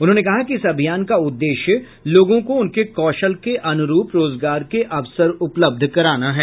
उन्होंने कहा कि इस अभियान का उद्देश्य लोगों को उनके कौशल के अनुरूप रोजगार के अवसर उपलब्ध कराना है